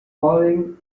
falling